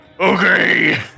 Okay